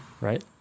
Right